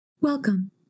Welcome